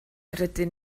rydyn